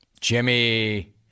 Jimmy